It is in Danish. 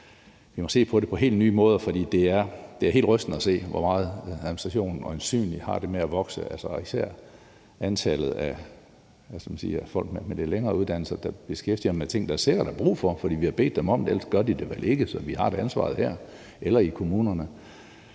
vi må se på det på helt nye måder, for det er helt rystende at se, hvor meget administration øjensynlig har det med at vokse, især antallet af folk med lidt længere uddannelser, der beskæftiger sig med ting, der sikkert er brug for – for vi har bedt dem om det, og ellers gør de det vel ikke. Så vi har ansvaret her eller i kommunerne.